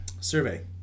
survey